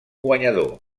guanyador